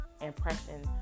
impression